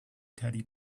teddy